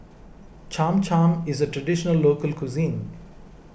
Cham Cham is a Traditional Local Cuisine